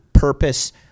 Purpose